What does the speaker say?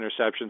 interceptions